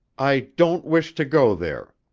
i don't wish to go there.